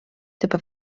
typ